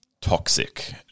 toxic